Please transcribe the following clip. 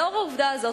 לאור העובדה הזאת,